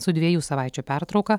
su dviejų savaičių pertrauka